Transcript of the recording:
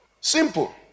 Simple